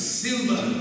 silver